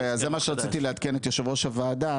זה מה שרציתי לעדכן את יושב ראש הוועדה,